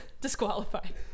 disqualified